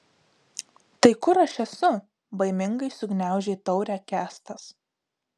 tai kur aš esu baimingai sugniaužė taurę kęstas